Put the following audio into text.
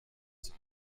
zum